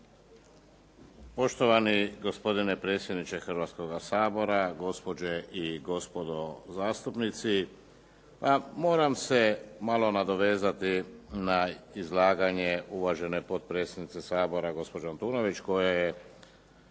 Poštovani gospodine predsjedniče Hrvatskoga sabora, gospođe i gospodo zastupnici. Moram se malo nadovezati na izlaganje uvažene potpredsjednice Sabora gospođe Antunović koja je